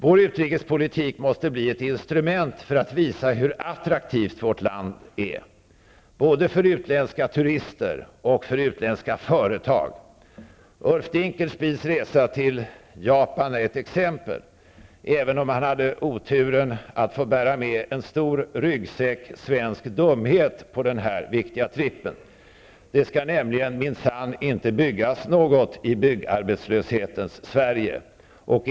Vår utrikespolitik måste bli ett instrument för att visa hur attraktivt vårt land är både för utländska turister och för utländska företag. Ulf Dinkelspiels resa till Japan är ett exempel, även om han hade oturen att få bära på en stor ryggsäck med svensk dumhet på den viktiga trippen. Det skall nämligen minsann inte byggas något i byggarbetslöshetens Sverige.